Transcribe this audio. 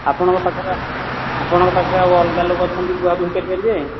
ଆପଣଙ୍କ ପାଖରେ ଆପଣଙ୍କ ପାଖରେ ଆଉ ଅଲଗା ଲୋକ ଅଛନ୍ତି ବୁହା ବୋହି କରିପାରିବେ